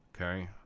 Okay